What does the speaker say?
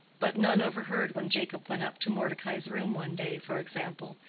but none overheard when jacob went up to mordecai's room one day, for example,